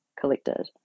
collected